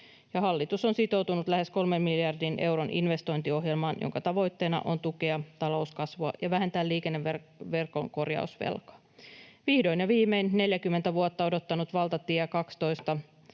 hallitus on sitoutunut lähes kolmen miljardin euron investointiohjelmaan, jonka tavoitteena on tukea talouskasvua ja vähentää liikenneverkon korjausvelkaa. Vihdoin ja viimein 40 vuotta odottanut valtatie 12